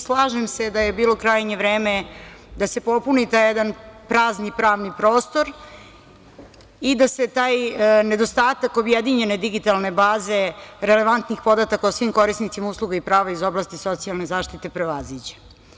Slažem se da je bilo krajnje vreme da se popuni taj jedan prazni pravni prostor i da se taj nedostatak objedinjene digitalne baze relevantnih podataka o svim korisnicima usluga i prava iz socijalne zaštite prevaziđe.